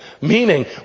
meaning